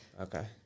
Okay